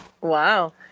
Wow